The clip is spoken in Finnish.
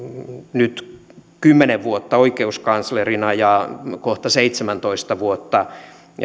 nyt kymmenen vuotta oikeuskanslerina kohta seitsemäntoista vuotta